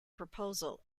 proposal